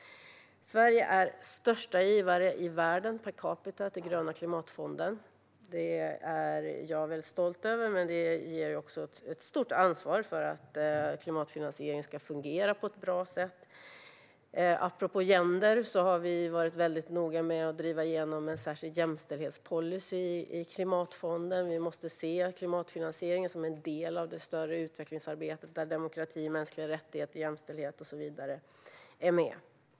Sverige är den största givaren i världen per capita till Gröna klimatfonden. Det är jag väldigt stolt över. Men det ger också ett stort ansvar för att klimatfinansieringen ska fungera på ett bra sätt. Apropå gender har vi varit väldigt noga med att driva igenom en särskild jämställdhetspolicy i Klimatfonden. Vi måste se klimatfinansiering som en del av det större utvecklingsarbetet, där demokrati, mänskliga rättigheter, jämställdhet och så vidare är med.